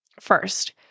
First